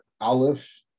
Aleph